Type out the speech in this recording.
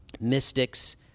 mystics